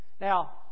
Now